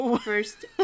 first